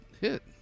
hit